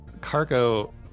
cargo